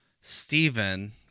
Stephen